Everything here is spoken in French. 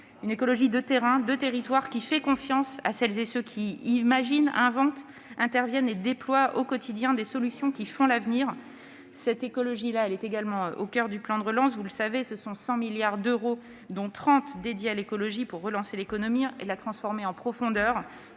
une écologie de terrain et de territoire, qui fait confiance à celles et à ceux qui imaginent, inventent, interviennent et déploient au quotidien des solutions porteuses d'avenir. Cette écologie-là est également au coeur du plan de relance. Vous le savez, ce sont 100 milliards d'euros, dont 30 milliards dédiés à l'écologie, pour relancer l'économie et la transformer en profondeur,